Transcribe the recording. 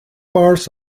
bars